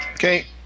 Okay